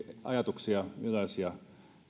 ajatuksia ylös ja